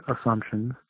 assumptions